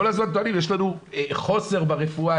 כל הזמן טוענים 'יש לנו חוסר ברפואה,